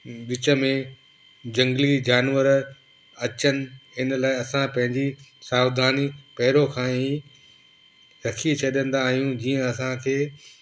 विच में जंगली जानवर अचनि इन लाइ असां पंहिंजी सावधानी पहिरियों खां ई रखी छॾंदा आहियूं जीअं असांखे